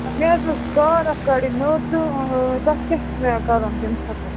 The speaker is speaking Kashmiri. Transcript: مےٚ حظ اوس کارڈ اَکھ کَڈٕنۍ نوٚو تہٕ تَتھ کیٛاہ چھُ مےٚ کَرُن تَمہِ خٲطرٕ